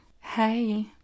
hey